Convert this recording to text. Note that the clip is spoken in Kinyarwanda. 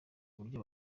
uburyo